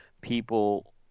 people